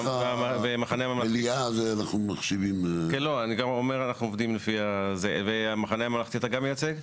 לצורך המליאה אנחנו מחשיבים --- ואת המחנה הממלכתי אתה גם מייצג?